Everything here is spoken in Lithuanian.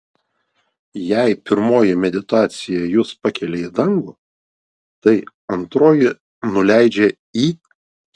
jei pirmoji meditacija jus pakelia į dangų tai antroji nuleidžia į